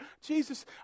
Jesus